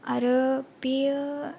आरो बेयो